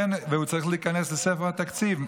הוא צריך להיכנס לספר התקציב.